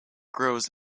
grows